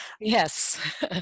yes